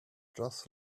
just